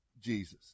Jesus